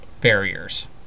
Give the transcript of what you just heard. barriers